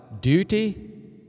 duty